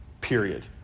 period